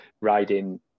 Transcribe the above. riding